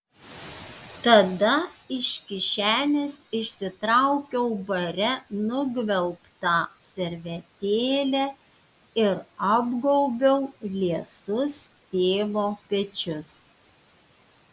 tada iš kišenės išsitraukiau bare nugvelbtą servetėlę ir apgaubiau liesus tėvo pečius